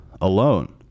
alone